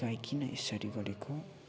गाई किन यसेरी गरेको